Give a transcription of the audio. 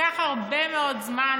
לקח הרבה מאוד זמן,